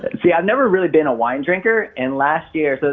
see, i've never really been a wine drinker. and last year, so